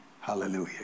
Hallelujah